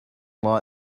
light